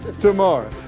tomorrow